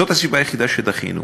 זאת הסיבה היחידה שדחינו.